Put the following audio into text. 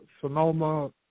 Sonoma